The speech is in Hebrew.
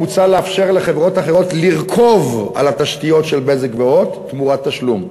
מוצע לאפשר לחברות אחרות לרכוב על התשתיות של "בזק" ו"הוט" תמורת תשלום.